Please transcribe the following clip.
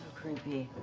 creepy.